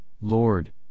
Lord